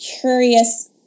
curious